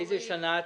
היסטורית.